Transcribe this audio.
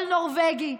כל נורבגי,